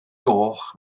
goch